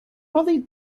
fully